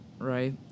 right